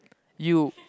you